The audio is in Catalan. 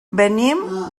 venim